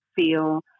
feel